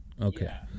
okay